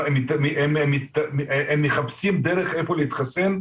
הם מחפשים דרך איפה להתחסן,